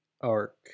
arc